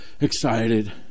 excited